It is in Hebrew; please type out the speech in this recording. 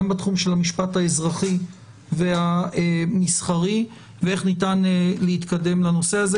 גם בתחום של המשפט האזרחי והמסחרי ואיך ניתן להתקדם לנושא הזה.